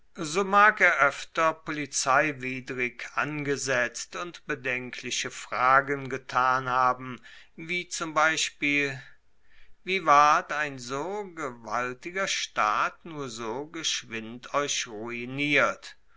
so mag er oefter polizeiwidrig angesetzt und bedenkliche fragen getan haben wie zum beispiel wie ward ein so gewaltiger staat nur so geschwind euch ruiniert